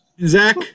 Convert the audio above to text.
Zach